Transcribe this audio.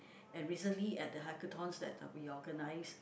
and recently at the Hackathons that uh we organised